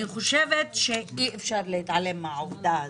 חושבת שאי אפשר להתעלם מהעובדה הזאת.